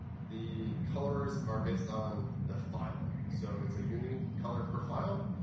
the colors are based on the file. so it's a unique color profile.